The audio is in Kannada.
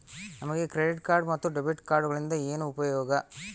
ನಮಗೆ ಕ್ರೆಡಿಟ್ ಕಾರ್ಡ್ ಮತ್ತು ಡೆಬಿಟ್ ಕಾರ್ಡುಗಳಿಂದ ಏನು ಉಪಯೋಗ?